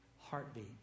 heartbeat